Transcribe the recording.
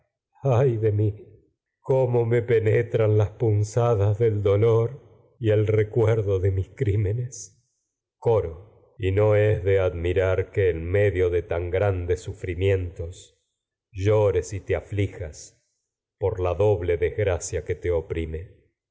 ay de y mí cómo me penetran las punzadas del dolor coro el recuerdo de mis crímenes admirar que en y no es de medio de tan grandes sufrimientos llores gracia que te oprime